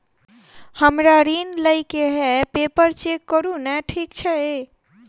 हमरा ऋण लई केँ हय पेपर चेक करू नै ठीक छई?